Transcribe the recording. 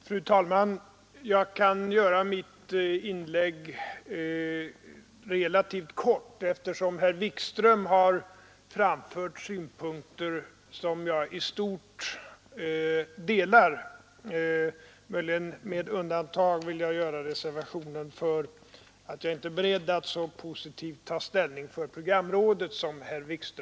Fru talman! Jag kan göra detta inlägg relativt kort, eftersom herr Wikström har anfört synpunkter som jag i stort instämmer i. Möjligen vill jag göra en reservation för att jag inte är lika beredd som herr Wikström att ta ställning för programrådet.